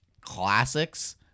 classics